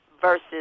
versus